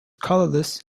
colourless